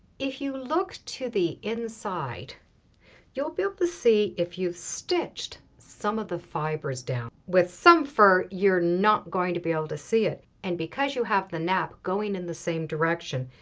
if you look to the inside you'll be able to see if you've stitched some of the fibers down. with some fur you're not going to be able to see it. and because you have the nap going in the same direction,